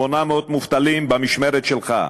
800 מובטלים במשמרת שלך,